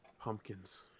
Pumpkins